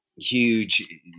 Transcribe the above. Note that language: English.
huge